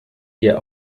eher